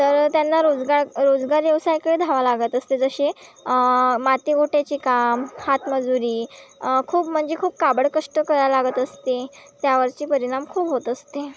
तर त्यांना रोजगार रोजगार व्यवसायाकडे धावाय लागत असते जसे माती गोट्याचे काम हातमजुरी खूप म्हणजे खूप काबडकष्ट कराय लागत असते त्यावरची परिणाम खूप होत असते